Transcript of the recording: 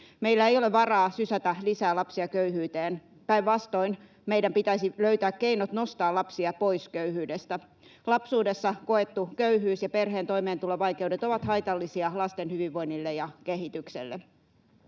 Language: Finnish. Meillä ei ole varaa sysätä lisää lapsia köyhyyteen, päinvastoin meidän pitäisi löytää keinot nostaa lapsia pois köyhyydestä. Lapsuudessa koettu köyhyys ja perheen toimeentulovaikeudet ovat haitallisia lasten hyvinvoinnille ja kehitykselle.